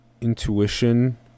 intuition